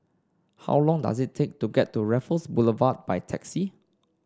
how long does it take to get to Raffles Boulevard by taxi